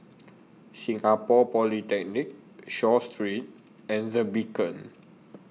Singapore Polytechnic Seah Street and The Beacon